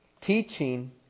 teaching